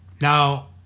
Now